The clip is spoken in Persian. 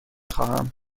خواهم